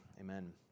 Amen